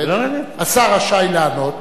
השר רשאי לענות,